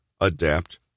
adapt